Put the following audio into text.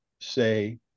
say